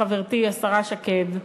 חברתי השרה שקד,